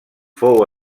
fou